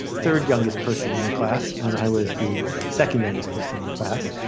third youngest person in the class and i was the second youngest person in the class.